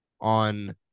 on